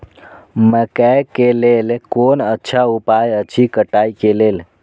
मकैय के लेल कोन अच्छा उपाय अछि कटाई के लेल?